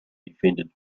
defended